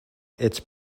its